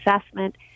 assessment